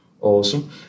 Awesome